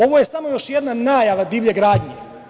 Ovo je samo još jedna najava divlje gradnje.